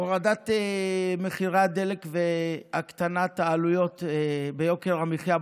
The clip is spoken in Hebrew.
הורדת מחירי הדלק והקטנת עלויות יוקר המחיה,